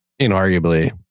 inarguably